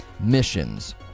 missions